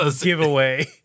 giveaway